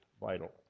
vital